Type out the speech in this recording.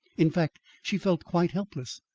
in fact, she felt quite helpless.